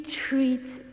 treats